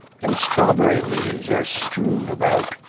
and strawberry leaves are strewn about.